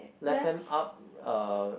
left hand up uh